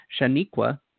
Shaniqua